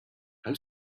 how